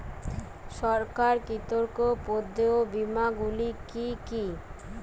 সরকার কর্তৃক প্রদত্ত বিমা গুলি কি কি?